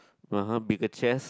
(uh huh) bigger chest